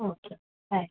okay bye